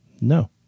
no